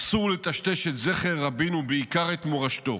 אסור לטשטש את זכר רבין ובעיקר את מורשתו.